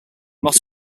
not